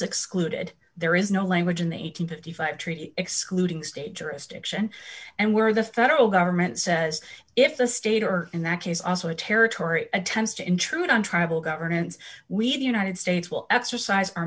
excluded there is no language in the eight hundred and fifty five treaty excluding state jurisdiction and where the federal government says if the state or in that case also a territory attempts to intrude on tribal governance we have the united states will exercise our